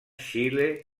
xile